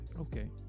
Okay